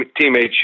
teammates